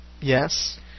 Yes